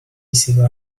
سیگار